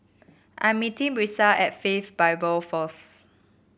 I'm meeting Brisa at Faith Bible first